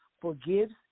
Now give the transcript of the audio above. forgives